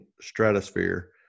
stratosphere